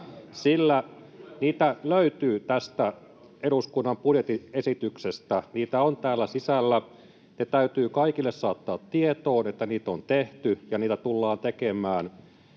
sillä niitä löytyy tästä eduskunnan budjettiesityksestä. Niitä on täällä sisällä. Se täytyy kaikille saattaa tietoon, että niitä on tehty ja niitä tullaan tekemään.